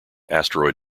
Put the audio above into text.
asteroid